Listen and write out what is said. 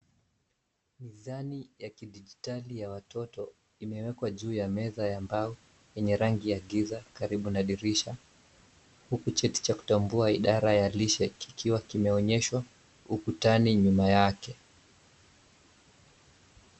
Mizani ya kidijitali ya watoto imewekwa juu ya meza ya mbao yenye rangi ya giza karibu na dirisha huku cheti cha kutambua idara ya lishe kikiwa kimeonyeshwa ukutani nyuma yake.